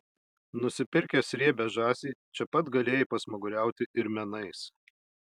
nusipirkęs riebią žąsį čia pat galėjai pasmaguriauti ir menais